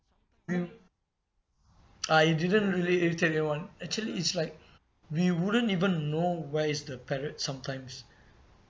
didn't ah it didn't really irritate you [one] actually is like we wouldn't even know where is the parrot sometimes